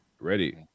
Ready